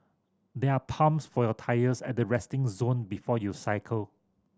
there are pumps for your tyres at the resting zone before you cycle